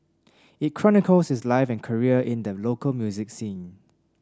it chronicles his life and career in the local music scene